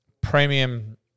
premium